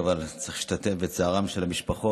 אבל צריך להשתתף בצערן של המשפחות.